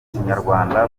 kinyarwanda